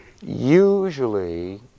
Usually